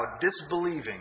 disbelieving